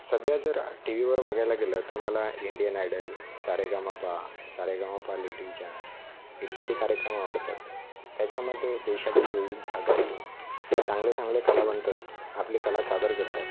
सध्या जर टी वीवर बघायला गेलं तर मला Indian Idol Saregamapa Saregamapa little champs इत्यादी कार्यक्रम आवडतात त्याच्यामध्ये देशातील विविध भागातून चांगले चांगले कलावंत आपली कला सादर करतात